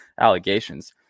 allegations